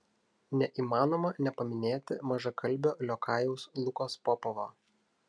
neįmanoma nepaminėti mažakalbio liokajaus lukos popovo